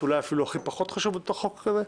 אולי הכי פחות חשובים בתוך חוק כזה,